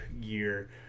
gear